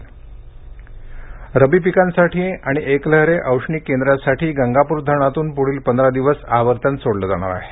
गंगापरधरण रब्बी पिकांसाठी आणि एकलहरे औष्णिक केंद्रासाठी गंगापूर धरणातून पुढील पंधरा दिवस आवर्तन सोडलं जाणार आहे